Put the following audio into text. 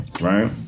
Right